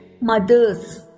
mothers